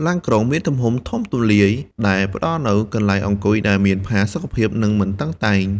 ឡានក្រុងមានទំហំធំទូលាយដែលផ្តល់នូវកន្លែងអង្គុយដែលមានផាសុកភាពនិងមិនតឹងតែង។